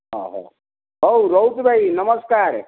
ହଁ ହଉ ହଉ ରହୁଛି ଭାଇ ନମସ୍କାର